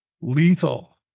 lethal